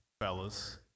fellas